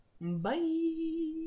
Bye